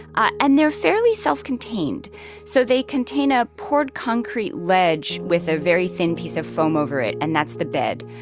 ah and they're fairly self-contained so they contain a poured concrete ledge with a very thin piece of foam over it, and that's the bed.